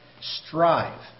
strive